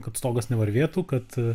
kad stogas nevarvėtų kad